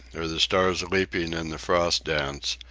or the stars leaping in the frost dance,